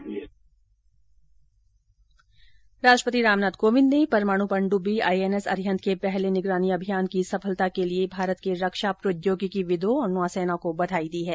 वहीं राष्ट्रपति रामनाथ कोविंद ने परमाणु पनडुब्बी आईएनएस अरिहंत के पहले निगरानी अभियान की सफलता के लिए भारत के रक्षा प्रौद्योगिकीविदों और नौसेना को बधाई दी है